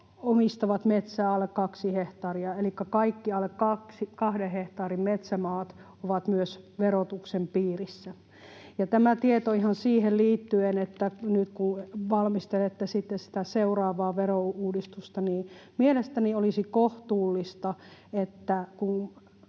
omistavat metsää alle kaksi hehtaaria, elikkä myös kaikki alle kahden hehtaarin metsämaat ovat verotuksen piirissä. Ja tämä tieto ihan siihen liittyen, että nyt kun valmistelette sitten sitä seuraavaa verouudistusta, niin mielestäni olisi kohtuullista,